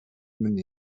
минь